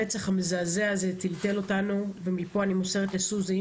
הרצח המזעזע הזה טלטל אותנו ומכאן אני מוסרת לסוזי,